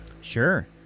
Sure